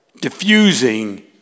diffusing